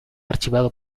archivado